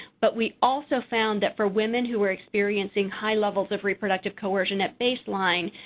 but we also found that, for women who were experiencing high levels of reproductive coercion at baseline,